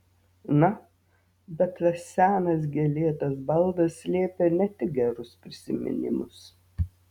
na bet tas senas gėlėtas baldas slėpė ne tik gerus prisiminimus